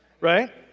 right